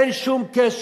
אין שום קשר,